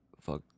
fuck